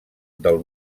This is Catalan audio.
del